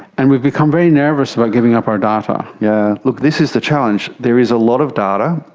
and we've become very nervous about giving up our data. yeah look, this is the challenge. there is a lot of data,